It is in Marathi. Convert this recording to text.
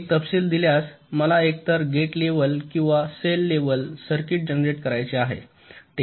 एक तपशील दिल्यास मला एकतर गेट लेव्हल किंवा सेल लेव्हल सर्किट जनरेट करायचे आहे